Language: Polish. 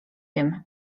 wiem